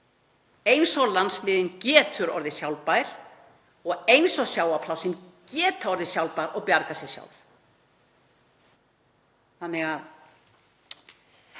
eins og landsbyggðin getur orðið sjálfbær og eins og sjávarplássin geta orðið sjálfbær og bjargað sér sjálf.